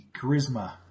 Charisma